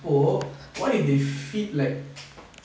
oh what if they feed like